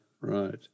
right